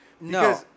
No